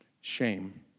Shame